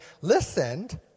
listened